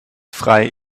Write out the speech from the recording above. frei